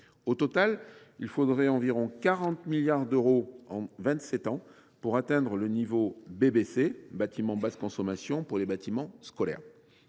Au total, il faudrait donc environ 40 milliards d’euros en vingt sept ans pour atteindre le niveau « bâtiment basse consommation » (BBC) pour les bâtiments scolaires.